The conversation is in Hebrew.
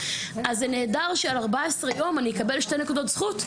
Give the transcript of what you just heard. אז זה נהדר שעל 14 יום אני אקבל שתי נקודות זכות,